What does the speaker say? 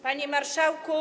Panie Marszałku!